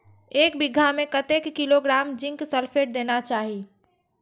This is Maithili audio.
एक बिघा में कतेक किलोग्राम जिंक सल्फेट देना चाही?